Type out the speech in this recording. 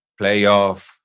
playoff